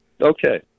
okay